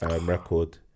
record